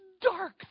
dark